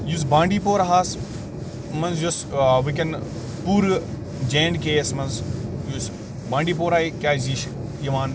یُس بانٛڈی پوراہَس منٛز یُس ٲں وُنٛکیٚن پوٗرٕ جے اینٛڈ کے یَس منٛز یُس بانٛڈی پورہ کیٛازِ یُس چھُ یِوان